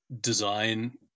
design